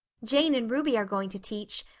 jane and ruby are going to teach.